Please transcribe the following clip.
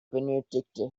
benötigte